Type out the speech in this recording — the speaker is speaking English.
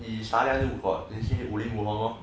he 傻人 got they say 武林武红 hor